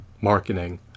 marketing